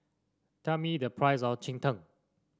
tell me the price of Cheng Tng